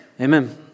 Amen